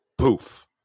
poof